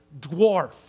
dwarf